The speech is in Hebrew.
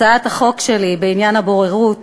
הצעת החוק שלי בעניין הבוררות